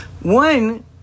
One